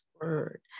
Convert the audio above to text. word